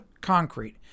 concrete